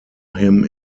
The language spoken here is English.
him